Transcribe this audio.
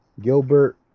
Gilbert